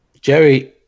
Jerry